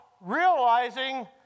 realizing